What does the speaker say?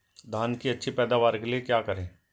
धान की अच्छी पैदावार के लिए क्या करें?